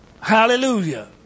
Hallelujah